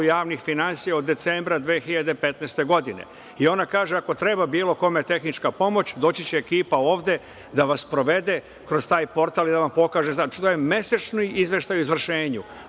javnih finansija od decembra 2015. godine. Ona kaže, ako treba bilo kome tehnička pomoć, doći će ekipa ovde da vas sprovede kroz taj Portal i da vam pokaže. Znači, to je mesečni izveštaj o izvršenju,